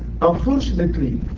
Unfortunately